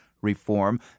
reform